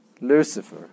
Lucifer